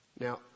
Now